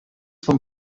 vom